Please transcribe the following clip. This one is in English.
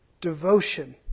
devotion